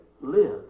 live